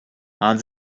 and